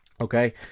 Okay